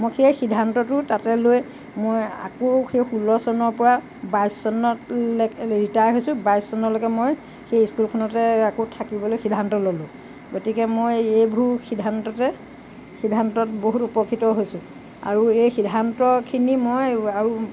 মই সেই সিদ্ধান্তটো তাতে লৈ মই আকৌ সেই ষোল্ল চনৰ পৰা বাইছ চনত ৰিটায়াৰ হৈছোঁ বাইছ চনলৈকে মই সেই স্কুলখনতে আকৌ থাকিবলৈ সিদ্ধান্ত ললোঁ গতিকে মই এইবোৰ সিদ্ধান্ততে সিদ্ধান্তত বহুত উপকৃত হৈছোঁ আৰু এই সিদ্ধান্তখিনি মই আৰু